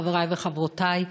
חברי וחברותי,